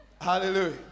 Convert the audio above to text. Hallelujah